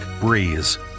Breeze